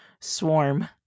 Swarm